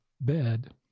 bed